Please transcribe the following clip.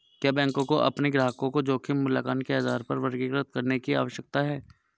क्या बैंकों को अपने ग्राहकों को जोखिम मूल्यांकन के आधार पर वर्गीकृत करने की आवश्यकता है?